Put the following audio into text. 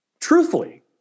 truthfully